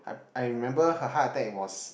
I remember her heart attack was